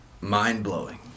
mind-blowing